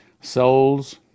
Souls